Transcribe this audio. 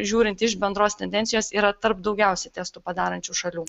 žiūrint iš bendros tendencijos yra tarp daugiausiai testų padarančių šalių